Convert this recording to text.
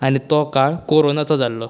आनी तो काळ कोरोनाचो जाल्लो